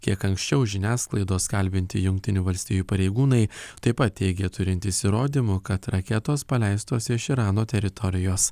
kiek anksčiau žiniasklaidos kalbinti jungtinių valstijų pareigūnai taip pat teigė turintys įrodymų kad raketos paleistos iš irano teritorijos